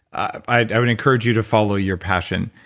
i would encourage you to follow your passion,